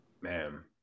man